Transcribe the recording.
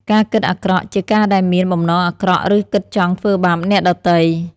ការគិតអាក្រក់ជា ការដែលមានបំណងអាក្រក់ ឬគិតចង់ធ្វើបាបអ្នកដទៃ។